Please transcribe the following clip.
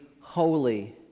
holy